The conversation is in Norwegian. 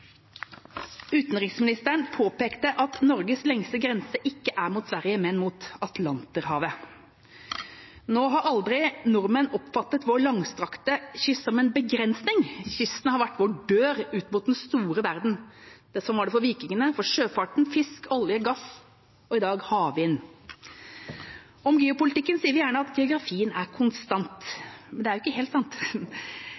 Utenriksministeren påpekte at Norges lengste grense ikke er mot Sverige, men mot Atlanterhavet. Nå har aldri nordmenn oppfattet vår langstrakte kyst som en begrensning. Kysten har vært vår dør ut mot den store verden. Sånn har det vært for vikingene, for sjøfarten, fisk, olje, gass og i dag havvind. I geopolitikken sier vi gjerne at geografien er konstant.